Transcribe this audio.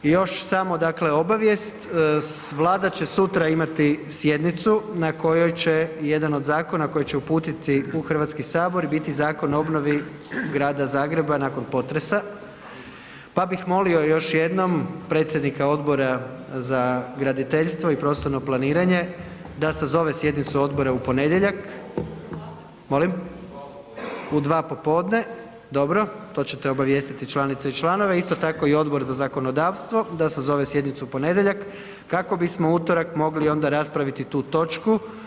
Još samo obavijest, Vlada će sutra imati sjednicu na kojoj će jedan od zakona koji će uputiti u Hrvatski sabor biti Zakon o obnovi Grada Zagreba nakon potresa pa bih molio još jednom predsjednika Odbora za graditeljstvo i prostorno planiranje da sazove sjednicu odbora u ponedjeljak. … [[Upadica se ne razumije.]] U dva popodne, dobro, to ćete obavijestiti članice i članove, isto tako i Odbor za zakonodavstvo da sazove sjednicu u ponedjeljak kako bismo u utorak onda mogli raspraviti tu točku.